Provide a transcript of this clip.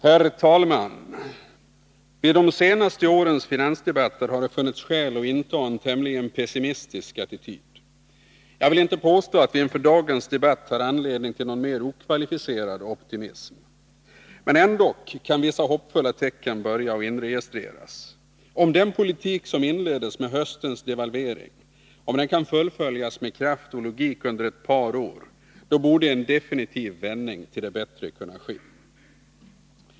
Herr talman! Vid de senaste årens finansdebatter har det funnits skäl att inta en tämligen pessimistisk attityd. Jag vill inte påstå att vi inför dagens debatt har anledning till någon mer okvalificerad optimism. Ändock kan vissa hoppfulla tecken börja inregistreras. Om den politik som inleddes med höstens devalvering kan fullföljas med kraft och logik under ett par år, borde en definitiv vändning till det bättre kunna ske.